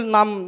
Nam